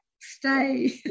stay